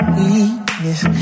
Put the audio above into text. weakness